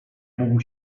mógł